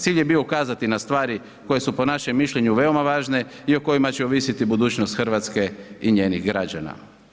Cilj je bio ukazati na stvari koje su po našem mišljenju veoma važne i o kojima će ovisiti budućnost Hrvatske i njenih građana.